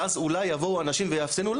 ואז אולי יבואו אנשים ויאחסנו?